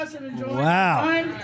Wow